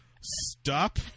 stop